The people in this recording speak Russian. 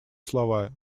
слова